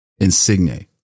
Insigne